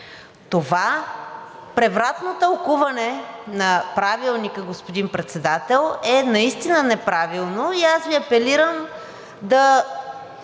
Това превратно тълкуване на Правилника, господин Председател, е наистина неправилно и аз апелирам да